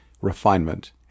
refinement